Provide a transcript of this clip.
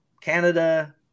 Canada